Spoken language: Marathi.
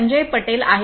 संजय पटेल आहेत